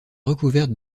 recouverte